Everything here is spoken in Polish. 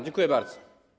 Dziękuję bardzo.